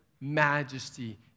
majesty